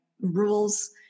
rules